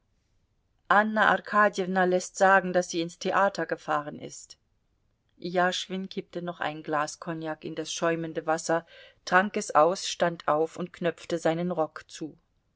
anna arkadjewna läßt sagen daß sie ins theater gefahren ist jaschwin kippte noch ein glas kognak in das schäumende wasser trank es aus stand auf und knöpfte seinen rock zu